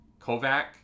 Kovac